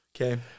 Okay